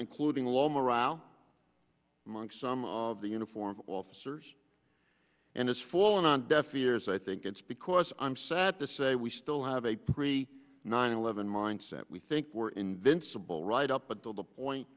including low morale among some of the uniformed officers and it's full on deaf ears i think it's because i'm sad to say we still have a pre nine eleven mindset we think we're invincible right up until the point